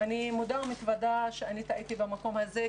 אני מודה ומתוודה שאני טעיתי במקום הזה,